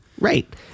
Right